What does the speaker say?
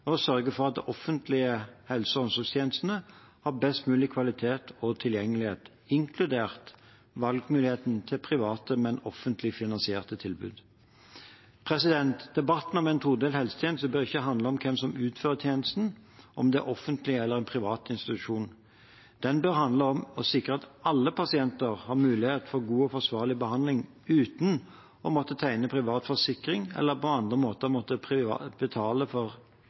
å sørge for at de offentlige helse- og omsorgstjenestene har best mulig kvalitet og tilgjengelighet, inkludert valgmuligheten til private, men offentlig finansierte tilbud. Debatten om en todelt helsetjeneste bør ikke handle om hvem som utfører tjenesten – om det er en offentlig eller en privat institusjon. Den bør handle om å sikre at alle pasienter har mulighet til god og forsvarlig behandling uten å måtte tegne privat forsikring eller på andre måter måtte betale for